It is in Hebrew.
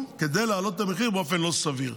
כדי להעלות את המחיר באופן לא סביר.